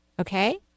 Okay